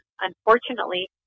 Unfortunately